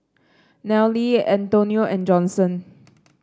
Nelle Antonio and Johnson